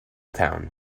town